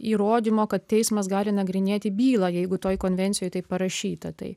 įrodymo kad teismas gali nagrinėti bylą jeigu toj konvencijoj tai parašyta tai